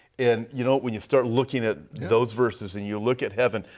and you know when you start looking at those verses and you look at heaven.